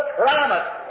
promise